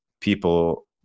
people